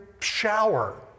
shower